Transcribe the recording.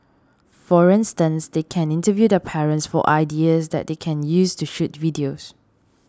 for instance they can interview their parents for ideas that they can use to shoot videos